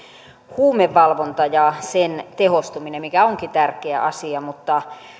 huumevalvonta ja sen tehostuminen mikä onkin tärkeä asia mutta